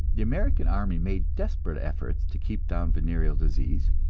the american army made desperate efforts to keep down venereal disease,